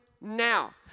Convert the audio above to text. now